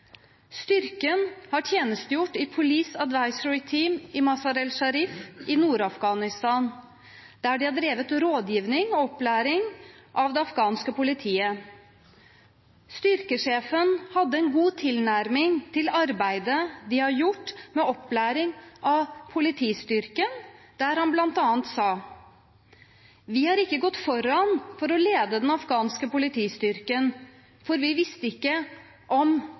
Styrken har tjenestegjort i Police Advisory Team i Mazar-e Sharif i Nord-Afghanistan, der de har drevet rådgivning og opplæring av det afghanske politiet. Styrkesjefen hadde en god tilnærming til arbeidet de har gjort med opplæring av politistyrken, der han bl.a. sa: Vi har ikke gått foran for å lede den afghanske politistyrken, for vi visste ikke om